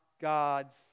God's